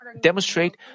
demonstrate